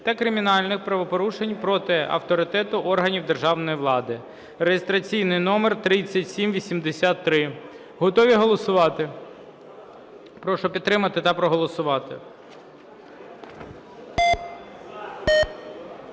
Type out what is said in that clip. та кримінальні правопорушення проти авторитету органів державної влади (реєстраційний номер 3783). Готові голосувати? Прошу підтримати та проголосувати.